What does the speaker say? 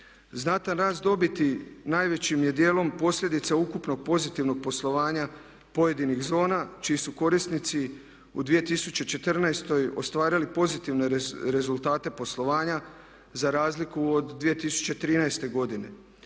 Znatan rast dobiti najvećim je dijelom posljedica ukupnog pozitivnog poslovanja pojedinih zona čiji su korisnici u 2014. ostvarili pozitivne rezultate poslovanja za razliku od 2013. godine.